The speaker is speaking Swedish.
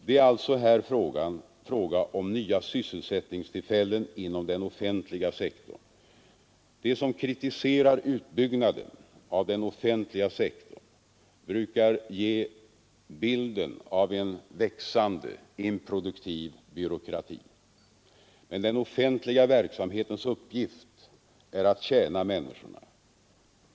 Det är alltså här fråga om nya sysselsättningstillfällen inom den offentliga sektorn. De som kritiserar utbyggnaden av den offentliga sektorn brukar ge bilden av en växande improduktiv byråkrati. Men den offentliga verksamhetens uppgift är att tjäna människorna.